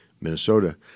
Minnesota